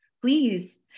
please